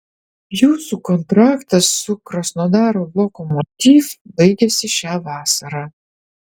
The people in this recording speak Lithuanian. jūsų kontraktas su krasnodaro lokomotiv baigiasi šią vasarą